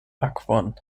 akvon